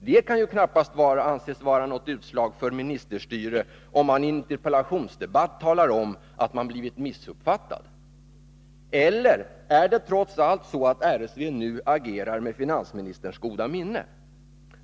Det kan ju knappast anses vara något utslag av ministerstyre, om man i en interpellationsdebatt talar om att man blivit missuppfattad. Eller är det trots allt så att RSV nu agerar med finansministerns goda minne?